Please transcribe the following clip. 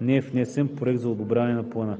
не е внесен проект за одобряване на плана.“